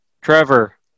Trevor